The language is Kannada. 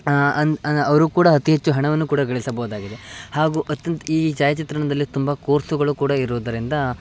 ಅನ್ ಅವರೂ ಕೂಡ ಅತಿ ಹೆಚ್ಚು ಹಣವನ್ನು ಕೂಡ ಗಳಿಸಬೋದಾಗಿದೆ ಹಾಗೂ ಅತ್ಯಂತ ಈ ಛಾಯಾಚಿತ್ರಣದಲ್ಲಿ ತುಂಬ ಕೋರ್ಸುಗಳೂ ಕೂಡ ಇರೋದರಿಂದ